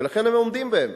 ולכן הם עומדים בהם.